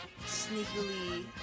sneakily